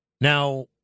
Now